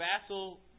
vassal